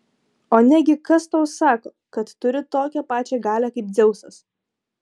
o negi kas tau sako kad turi tokią pačią galią kaip dzeusas